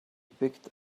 picked